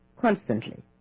constantly